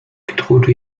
gertrude